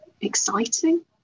exciting